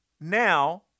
now